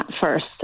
first